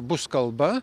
bus kalba